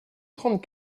trente